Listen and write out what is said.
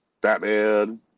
Batman